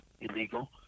illegal